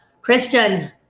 Christian